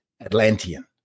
Atlantean